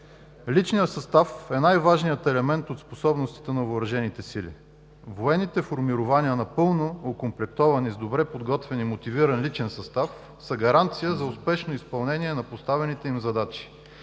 Личният състав е най-важният елемент от способностите на въоръжените сили. Военните формирования, напълно окомплектовани, с добре подготвен и мотивиран личен състав, са гаранция за успешно изпълнение на поставените им задачи.